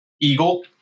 Eagle